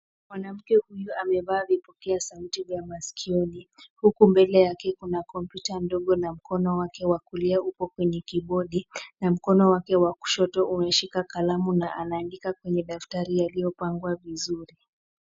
Mwanamke huyu amevaa vipokea sauti za masikioni huku mbele yake kuna kompyuta ndogo na mkono wake wa kulia upo kwenye kibodi na mkono wake wa kushoto umeshika kalamu na anaandika kwenye daftari yaliyopangwa vizuri.